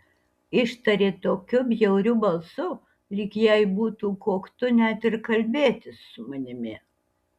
ištarė tokiu bjauriu balsu lyg jai būtų koktu net ir kalbėtis su manimi